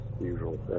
usual